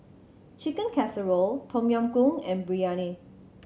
Chicken Casserole Tom Yam Goong and Biryani